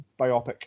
biopic